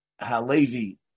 Halevi